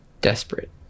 desperate